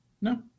no